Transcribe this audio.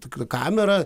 tokią kamerą